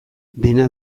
dena